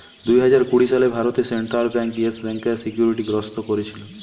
দুই হাজার কুড়ি সালে ভারতে সেন্ট্রাল বেঙ্ক ইয়েস ব্যাংকার সিকিউরিটি গ্রস্ত কোরেছিল